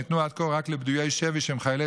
שניתנו עד כה רק לפדויי שבי שהם חיילי